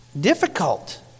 difficult